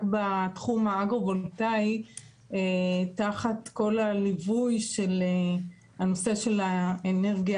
בתחום האגרו-וולטאי תחת כל הליווי של הנושא של האנרגיה